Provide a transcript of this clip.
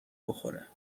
بخوره